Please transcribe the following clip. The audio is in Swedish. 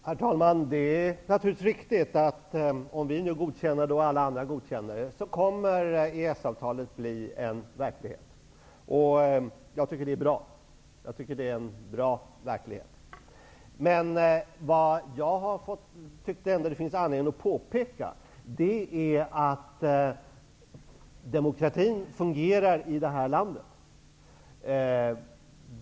Herr talman! Det är naturligtvis riktigt att EES avtalet blir verklighet om vi nu godkänner det och alla andra också gör det. Jag tycker att det är bra. Det finns ändå anledning att påpeka att demokratin fungerar i detta land.